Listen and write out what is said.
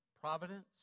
providence